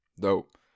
Dope